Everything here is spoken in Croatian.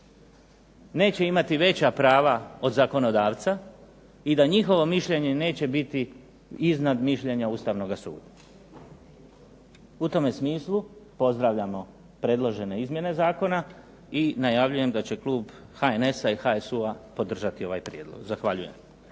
neće imati veća prava od zakonodavca i da njihovo mišljenje neće biti iznad mišljenja Ustavnoga suda. U tome smislu pozdravljamo predložene izmjene zakona i najavljujem da će klub HNS-a i HSU-a podržati ovaj prijedlog. Zahvaljujem.